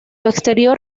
exterior